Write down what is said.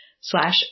slash